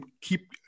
keep